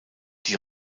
die